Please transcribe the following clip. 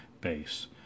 base